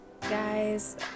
guys